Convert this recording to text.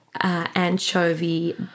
anchovy